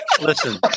Listen